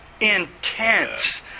Intense